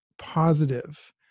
positive